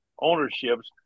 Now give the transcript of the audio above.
ownerships